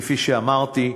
כפי שאמרתי.